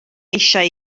eisiau